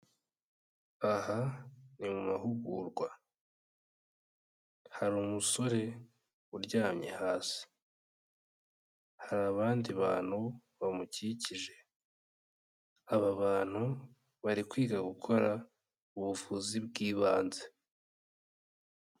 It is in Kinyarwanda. Aha ni mu mahugurwa hari umusore uryamye hasi, hari abandi bantu bamukikije, aba bantu bari kwiga gukora ubuvuzi bw'ibanze.